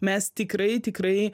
mes tikrai tikrai